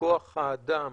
מכוח האדם